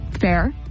Fair